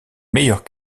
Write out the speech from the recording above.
meilleurs